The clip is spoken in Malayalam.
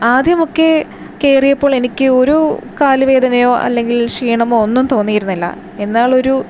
ആദ്യമൊക്കെ കയറിയപ്പോൾ എനിക്ക് ഒരു കാലു വേദനയോ അല്ലെങ്കിൽ ക്ഷീണമോ ഒന്നും തോന്നിയിരുന്നില്ല എന്നാൽ ഒരു